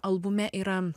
albume yra